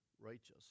righteous